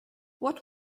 what